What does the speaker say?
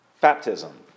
baptism